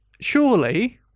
surely